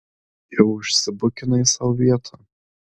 jau užsibukinai sau vietą